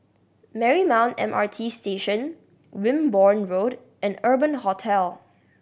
Marymount M R T Station Wimborne Road and Urban Hostel